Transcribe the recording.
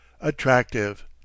Attractive